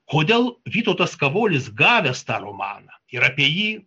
kodėl vytautas kavolis gavęs tą romaną ir apie jį